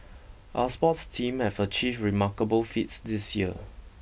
our sports teams have achieved remarkable feats this year